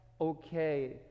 okay